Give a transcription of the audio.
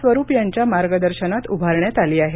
स्वरूप यांच्या मार्गदर्शनात उभारण्यात आली आहे